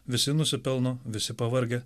visi nusipelno visi pavargę